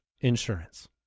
Insurance